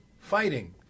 fighting